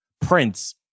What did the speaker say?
Prince